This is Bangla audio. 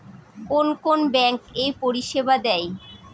কোন কোন ব্যাঙ্ক এই পরিষেবা দেয়?